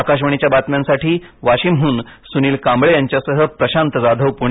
आकाशवाणीच्या बातम्यांसाठी वाशिमहून सुनील कांबळे यांच्यासह प्रशांत जाधव पुणे